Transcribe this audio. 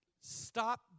Stop